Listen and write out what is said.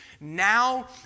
now